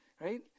Right